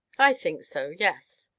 i think so yes.